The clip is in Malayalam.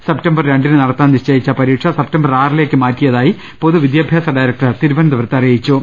സപ്തംബർ രണ്ടിന് നടത്താൻ നിശ്ചയിച്ച പരീക്ഷ സപ്തംബർ ആറിലേക്ക് മാറ്റിയതായി പൊതുവിദ്യാഭ്യാസ ഡയരക്ടർ തിരുവനന്തപുരത്ത് അറിയിച്ചു